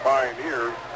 Pioneers